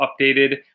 updated